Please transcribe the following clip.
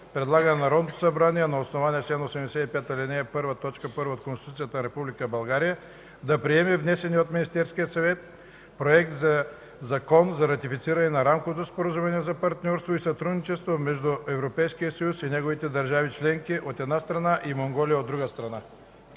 предлага на Народното събрание, на основание чл. 85, ал. 1, т. 1 от Конституцията на Република България, да приеме внесения от Министерския съвет Законопроект за ратифициране на Рамковото споразумение за партньорство и сътрудничество между Европейския съюз и неговите държави членки, от една страна, и Монголия, от друга стана.”